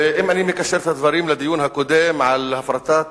אם אני מקשר את הדברים לדיון הקודם על הפרטת